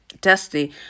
destiny